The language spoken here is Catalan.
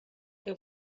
que